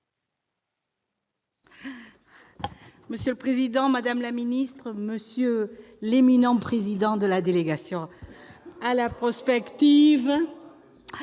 Monsieur le président, madame la ministre, monsieur l'éminent président de la délégation à la prospective-